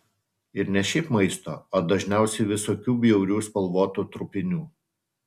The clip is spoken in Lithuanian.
ir ne šiaip maisto o dažniausiai visokių bjaurių spalvotų trupinių